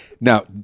Now